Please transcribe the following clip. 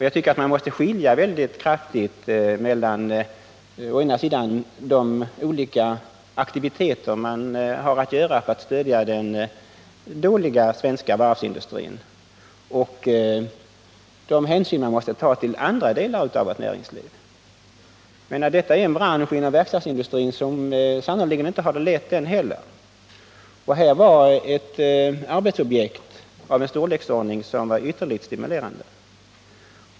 Jag tycker att man måste skilja mellan å ena sidan olika aktiviteter för att stödja den dåliga svenska varvsindustrin och å andra sidan de hänsyn som måste tas till andra delar av vårt näringsliv. Denna bransch inom verkstadsindustrin har det sannerligen inte lätt den heller, och detta objekt var av en storleksordning som gjorde det ytterligt stimulerande.